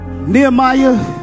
Nehemiah